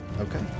Okay